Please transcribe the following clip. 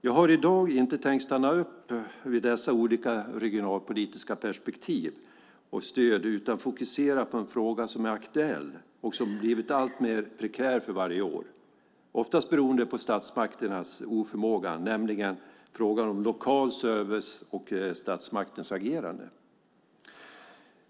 Jag har i dag inte tänkt stanna upp vid dessa olika regionalpolitiska perspektiv och stöd utan fokusera på en fråga som är aktuell och som blivit alltmer prekär för varje år, oftast beroende på statsmakternas oförmåga. Det är frågan om lokal service och statsmaktens agerande.